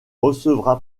recevra